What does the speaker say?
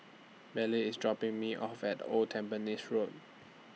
belly IS dropping Me off At Old Tampines Road